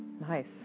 Nice